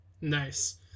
nice